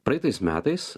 praeitais metais